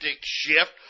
shift